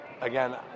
again